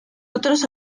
otros